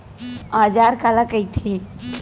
औजार काला कइथे?